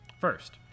First